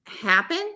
happen